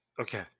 Okay